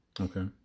Okay